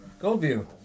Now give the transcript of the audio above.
Goldview